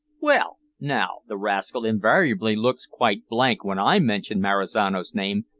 well now, the rascal invariably looks quite blank when i mention marizano's name,